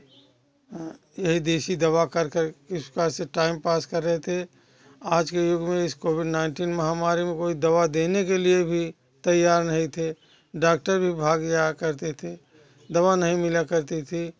यही देसी दवा करके इस प्रकार से दवाई टाइम पास कर रहे थे आज के युग में कोविड नाइनटीन महामारी में कोई दवा देने के लिए भी तैयार नहीं थे डॉक्टर भी भाग जाया करते थे दवा नहीं मिला करती थी